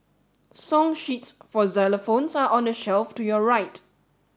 song sheets for xylophones are on the shelf to your right